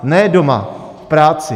Ne doma, v práci.